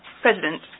President